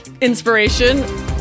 inspiration